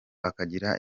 akagira